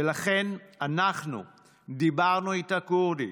ולכן אנחנו דיברנו איתה כורדית.